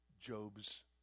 Job's